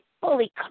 fully